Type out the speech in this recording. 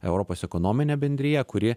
europos ekonominė bendrija kuri